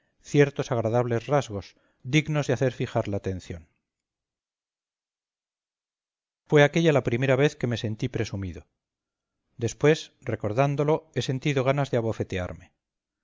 ciertos agradables rasgos dignos de hacer fijar la atención fue aquélla la primera vez que me sentí presumido después recordándolo he sentido ganas de abofetearme